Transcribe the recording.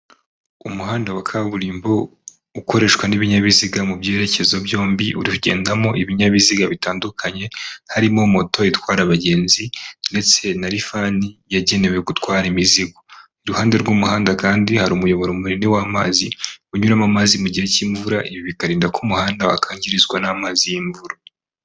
Umuhanda wa kaburimbo ukoreshwa n'ibinyabiziga mu byerekezo byombi, urugendamo ibinyabiziga bitandukanye, harimo moto itwara abagenzi ndetse na rifani yagenewe gutwara imizigo, iruhande rw'umuhanda kandi hari umuyoboro munini w'amazi, unyura mu mazi mu gihe cy'imvura, ibi bikarinda ko umuhanda wakangirizwa n'amazi y'imvura.